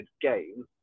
game